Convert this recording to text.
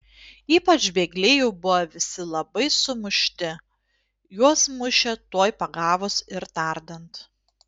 ypač bėgliai jau buvo visi labai sumušti juos mušė tuoj pagavus ir tardant